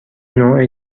نوع